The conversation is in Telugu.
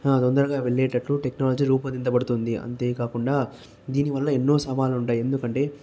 తొందరగా వెళ్ళేటందుకు టెక్నాలజీ రూపొందించబడుతుంది అంతేకాకుండా దీనివల్ల ఎన్నో సవాళ్ళు ఉంటాయి ఎందుకంటే